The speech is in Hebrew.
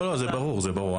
לא, זה ברור, זה ברור.